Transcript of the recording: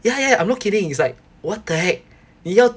ya ya I'm not kidding it's like what the heck 你要